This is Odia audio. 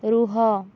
ରୁହ